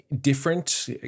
different